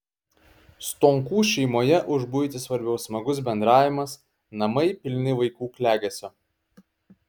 stonkų šeimoje už buitį svarbiau smagus bendravimas namai pilni vaikų klegesio